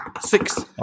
six